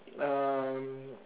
um